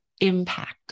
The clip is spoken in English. impact